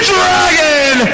Dragon